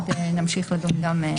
עוד נמשיך לדון גם בדברים האלה.